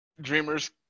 Dreamers